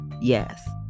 Yes